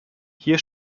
hier